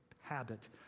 habit